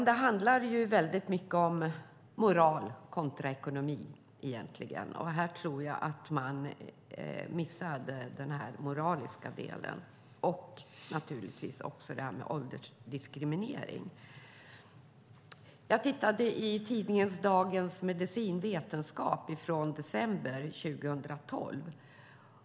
Det handlar egentligen mycket om moral kontra ekonomi, och jag tror att man missade den moraliska delen och naturligtvis detta med åldersdiskriminering. Jag tittade i tidningen Dagens Medicins vetenskapsdel från december 2012.